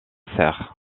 serre